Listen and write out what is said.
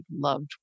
loved